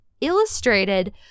illustrated